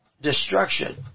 destruction